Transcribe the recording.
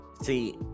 See